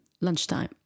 lunchtime